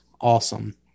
awesome